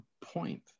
point